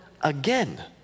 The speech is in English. again